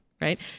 right